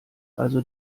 also